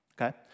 okay